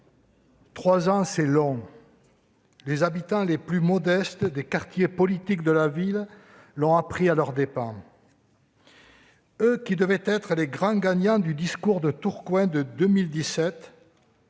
trois ans, c'est long ! Les habitants les plus modestes des quartiers de la politique de la ville l'ont appris à leurs dépens. Eux qui devaient être les « grands gagnants » du discours de Tourcoing de 2017,